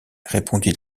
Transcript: répondit